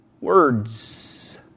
words